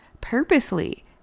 purposely